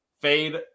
Fade